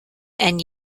and